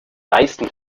meisten